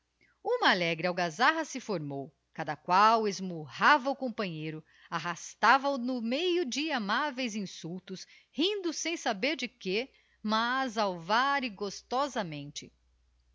uma alegre algazarra se formou cada qual esmurrava o companheiro arrastava o no meio de amáveis insultos rindo sem saber de que mas alvar e gostosamente